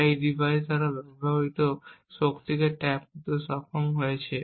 বা এই ডিভাইসের দ্বারা ব্যবহৃত শক্তিতে ট্যাপ করতে সক্ষম হয়েছে